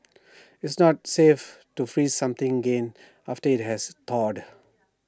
IT is not safe to freeze something again after IT has thawed